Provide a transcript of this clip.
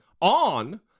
on